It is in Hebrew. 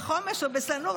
בחומש או בשא-נור,